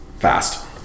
fast